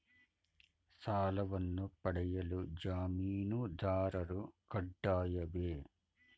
ಸಾಲವನ್ನು ಪಡೆಯಲು ಜಾಮೀನುದಾರರು ಕಡ್ಡಾಯವೇ?